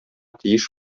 тиеш